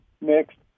Next